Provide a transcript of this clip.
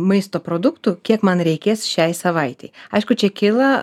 maisto produktų kiek man reikės šiai savaitei aišku čia kyla